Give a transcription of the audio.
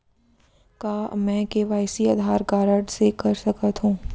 का मैं KYC Aadhaar card से कर सकत हो?